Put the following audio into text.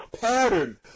pattern